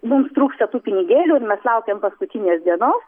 mums trūksta tų pinigėlių ir mes laukiam paskutinės dienos